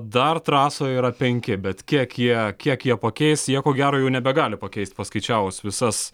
dar trasoj yra penki bet kiek jie kiek jie pakeis jie ko gero jau nebegali pakeist paskaičiavus visas